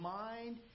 mind